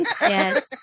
Yes